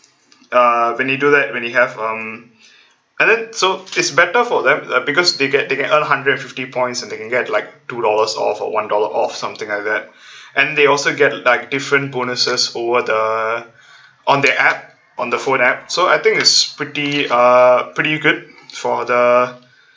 uh when you do that when you have um and then so it's better for them because they get they can earn hundred and fifty points and they can get like two dollars off or one dollar off something like that and they also get like different bonuses over the on the app on the phone app so I think is pretty uh pretty good for the